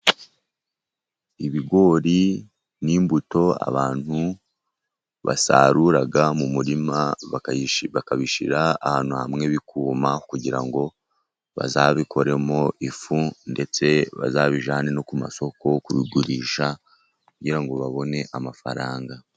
Ibigori ni imbuto abantu basarura mu murima bakabishyira ahantu hamwe bikuma, kugira ngo bazabikoremo ifu, ndetse bazabijyane no ku masoko kubigurisha, kugira ngo babone amafaranga.